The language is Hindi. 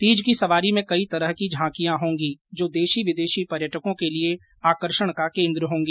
तीज की सवारी में कई तरह की झांकियां होंगी जो देशी विदेशी पर्यटकों के लिये आकर्षण का केन्द्र होंगी